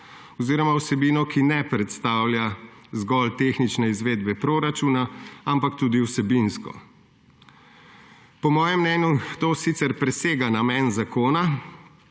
oziroma vsebino, ki ne predstavlja zgolj tehnične izvedbe proračuna, ampak tudi vsebinsko. Po mojem mnenju to sicer presega namen zakona,